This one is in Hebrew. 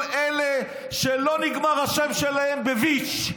כל אלה שלא נגמר השם שלהם ב"ביץ'".